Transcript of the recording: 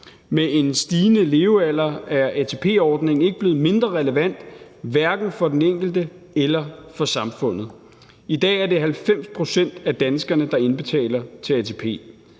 Med en stigende levealder er ATP-ordningen ikke blevet mindre relevant, hverken for den enkelte eller for samfundet. I dag er det 90 pct. af danskerne, der indbetaler til ATP.